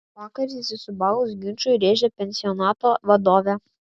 vakar įsisiūbavus ginčui rėžė pensionato vadovė